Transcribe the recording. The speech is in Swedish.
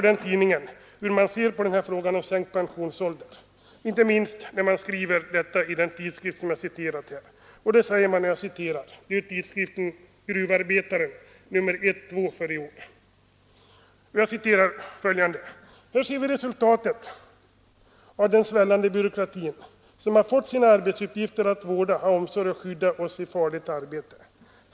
Det var Gruvarbetaren nr 1—2 för i år. Där står det: ”Här ser vi resultatet av den svällande byråkratin, som har fått sina arbetsuppgifter att vårda, ha omsorg och skydda oss i farligt arbete.